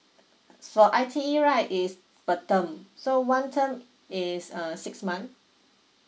for I_T_E right is a term so one term is uh six month